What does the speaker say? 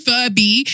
Furby